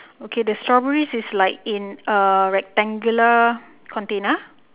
okay the strawberries is like in a rectangular container